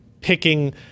picking